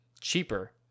cheaper